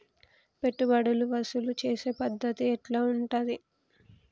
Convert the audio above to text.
పెట్టుబడులు వసూలు చేసే పద్ధతి ఎట్లా ఉంటది?